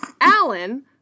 Alan